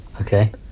Okay